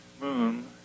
moon